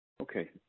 Okay